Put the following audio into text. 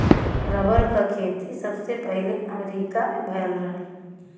rubber क खेती सबसे पहिले अमरीका में भयल रहल